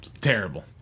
Terrible